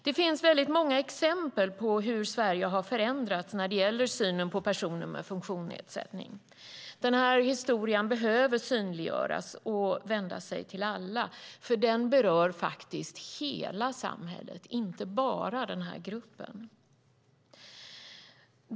Det finns många exempel på hur Sverige har förändrats när det gäller synen på personer med funktionsnedsättning. Denna historia behöver synliggöras och vända sig till alla, för den berör hela samhället - inte bara denna grupp.